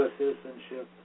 citizenship